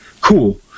cool